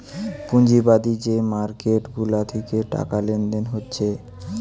পুঁজিবাদী যে মার্কেট গুলা থিকে টাকা লেনদেন হচ্ছে